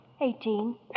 Eighteen